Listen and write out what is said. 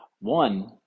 One